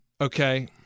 okay